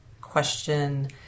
question